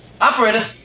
Operator